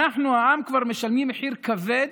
אנחנו, העם כבר משלם מחיר כבד